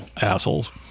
assholes